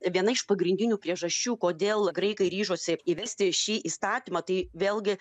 viena iš pagrindinių priežasčių kodėl graikai ryžosi įvesti šį įstatymą tai vėlgi